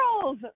girls